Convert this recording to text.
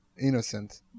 innocent